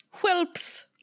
Whelps